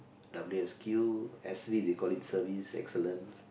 W_S_Q S_E they call it service excellence